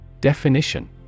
Definition